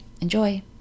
enjoy